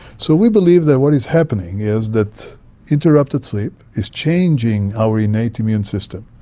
so we believe that what is happening is that interrupted sleep is changing our innate immune system,